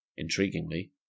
Intriguingly